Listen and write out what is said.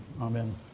Amen